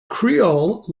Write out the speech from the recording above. creole